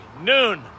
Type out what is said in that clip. noon